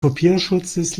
kopierschutzes